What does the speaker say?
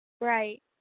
Right